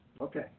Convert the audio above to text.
Okay